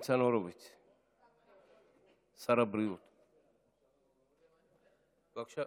שרק פוליטיקה קטנה של ליברמן הביאה אותו